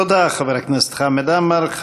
תודה לחבר הכנסת חמד עמאר.